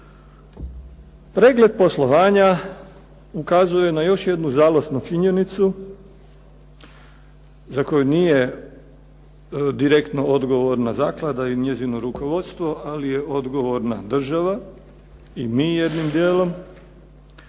Pregled poslovanja ukazuje na još jednu žalosnu činjenicu za koju nije direktno odgovorna zaklada i njezino rukovodstvo, ali je odgovorna država i mi jednim dijelom,